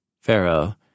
Pharaoh